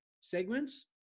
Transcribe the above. segments